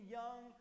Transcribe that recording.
young